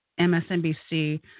MSNBC